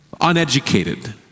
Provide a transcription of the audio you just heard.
Uneducated